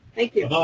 thank you.